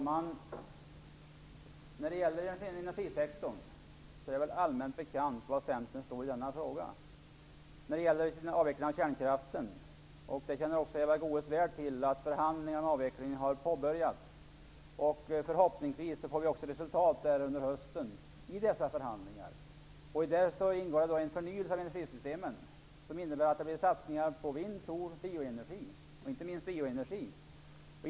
Herr talman! Det är allmänt bekant var Centern står när det gäller avvecklingen av kärnkraften. Också Eva Goës känner till att förhandlingar om avveckling har påbörjats. Förhoppningsvis får vi se resultat under hösten i dessa förhandlingar. I detta ingår en förnyelse av energisystemen som innebär satsningar på vind-, sol och inte minst bioeenergi.